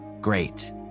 Great